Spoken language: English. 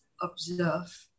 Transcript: observe